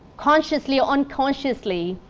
consciously or unconsciously,